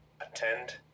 Attend